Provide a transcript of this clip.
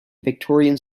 victorian